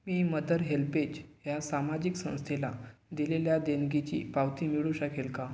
मी Mother HelpAge ह्या सामाजिक संस्थेला दिलेल्या देणगीची पावती मिळू शकेल का